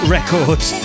Records